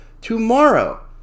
tomorrow